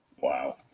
Wow